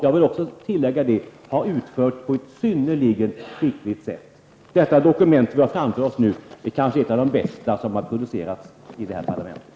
Jag vill också tillägga att kansliet har efterkommit dessa på ett synnerligen skickligt sätt. Det dokument som vi nu har framför oss är kanske ett av de bästa som har producerats i det här parlamentet.